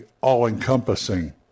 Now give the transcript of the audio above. all-encompassing